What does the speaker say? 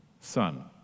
son